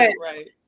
right